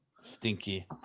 stinky